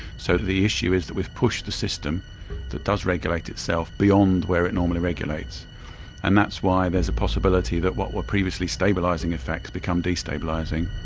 so the issue is that we have pushed the system that does regulate itself beyond where it normally regulates and that's why there is a possibility that what were previously stabilising effects become destabilising.